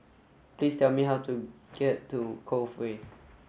please tell me how to get to Cove Way